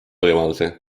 võimalusi